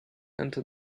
entered